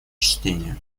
чтение